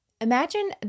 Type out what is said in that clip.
imagine